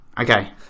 Okay